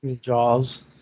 Jaws